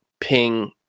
ping